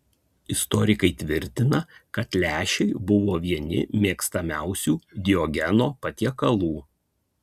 istorikai tvirtina kad lęšiai buvo vieni mėgstamiausių diogeno patiekalų